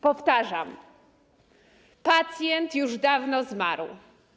Powtarzam: pacjent już dawno zmarł.